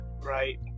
Right